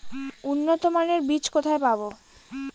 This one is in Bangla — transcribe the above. উন্নতমানের বীজ কোথায় পাব?